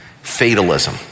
fatalism